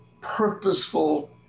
purposeful